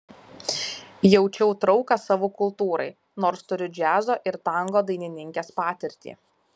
jaučiau trauką savo kultūrai nors turiu džiazo ir tango dainininkės patirtį